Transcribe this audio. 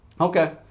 okay